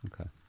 Okay